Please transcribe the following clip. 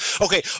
okay